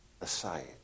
aside